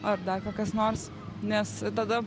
ar dar kokias nors nes tada